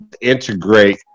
integrate